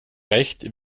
recht